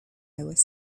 was